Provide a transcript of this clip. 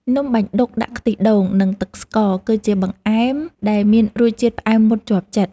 នំបាញ់ឌុកដាក់ខ្ទិះដូង និងទឹកស្ករ គឺជាបង្អែមដែលមានរសជាតិផ្អែមមុតជាប់ចិត្ត។